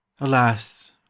Alas